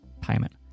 payment